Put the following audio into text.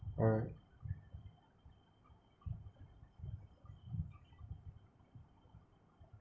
alright